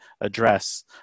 address